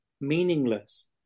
meaningless